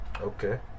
Okay